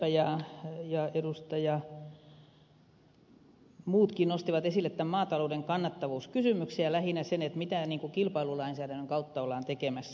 leppä ja muutkin nostivat esille maatalouden kannattavuuskysymyksen ja lähinnä sen mitä kilpailulainsäädännön kautta ollaan tekemässä